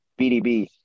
BDB